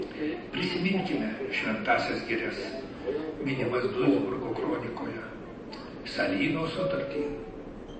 prisiminkime šventąsias girias minimas duisburgo kronikoje salyno sutartį